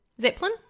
Zeppelin